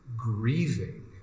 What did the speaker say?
grieving